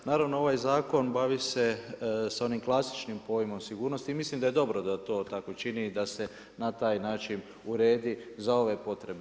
Naravno ovaj zakon bavi se s onim klasičnim pojmom sigurnosti i mislim da je dobro da to tako čini i da se na taj način uredi za ove potrebe.